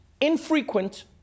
infrequent